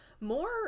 More